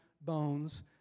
bones